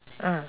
mm